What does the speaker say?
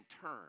turn